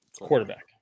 quarterback